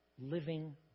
living